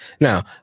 Now